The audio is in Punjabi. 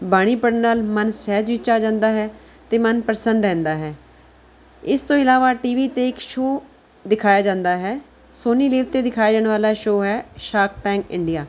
ਬਾਣੀ ਪੜ੍ਹਨ ਨਾਲ ਮਨ ਸਹਿਜ ਵਿੱਚ ਆ ਜਾਂਦਾ ਹੈ ਅਤੇ ਮਨ ਪ੍ਰਸੰਨ ਰਹਿੰਦਾ ਹੈ ਇਸ ਤੋਂ ਇਲਾਵਾ ਟੀ ਵੀ 'ਤੇ ਇੱਕ ਸ਼ੋਅ ਦਿਖਾਇਆ ਜਾਂਦਾ ਹੈ ਸੋਨੀ ਲੀਵ 'ਤੇ ਦਿਖਾਇਆ ਜਾਣ ਵਾਲਾ ਸ਼ੋਅ ਹੈ ਸ਼ਾਰਕ ਟੈਂਕ ਇੰਡੀਆ